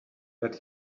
that